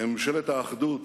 בממשלת האחדות